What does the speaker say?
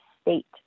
state